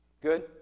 Good